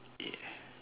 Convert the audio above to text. ya